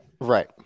Right